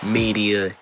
media